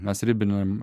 mes ribinėm